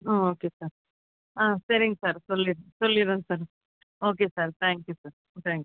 ஆ okay sir ஆ சரிங்க sir சொல்லிட் சொல்லிடறேன் sir okay sir thank you sir thank you